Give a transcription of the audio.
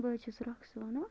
بہٕ حظ چھَس رۄخصانہ